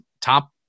top